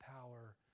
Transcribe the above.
power